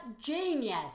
genius